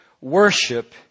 worship